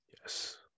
Yes